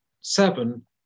seven